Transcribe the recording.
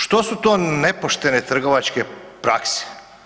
Što su to nepoštene trgovačke prakse?